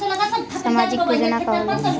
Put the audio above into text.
सामाजिक योजना का होला?